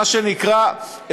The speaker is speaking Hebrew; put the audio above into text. מה שנקרא,